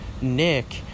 Nick